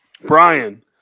Brian